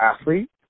athlete